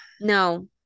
No